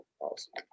Awesome